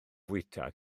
fwyta